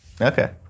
okay